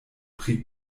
pri